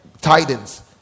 tidings